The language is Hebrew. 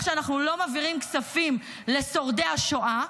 שאנחנו לא מעבירים כספים לשורדי השואה,